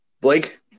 Blake